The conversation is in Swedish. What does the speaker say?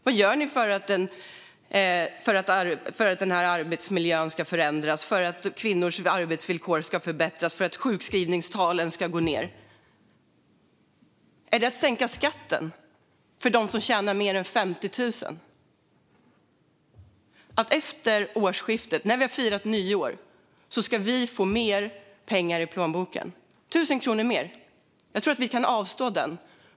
Vad gör ni för att arbetsmiljön ska förändras, för att kvinnors arbetsvillkor ska förbättras, för att sjukskrivningstalen ska gå ned? Är det skattesänkningen för dem som tjänar 50 000 i månaden? Efter årsskiftet, när vi har firat nyår, ska vi får mer pengar i plånboken - 1 000 kronor mer! Jag tror att vi kan avstå det.